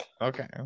Okay